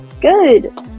Good